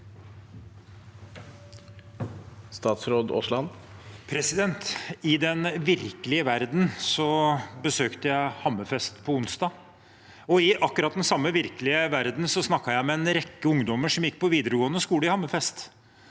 Statsråd Terje Aasland I den virkelige verden besøkte jeg Hammerfest på onsdag, og i akkurat den samme virkelige verden snakket jeg med en rekke ungdommer som gikk på videregående skole i Hammerfest.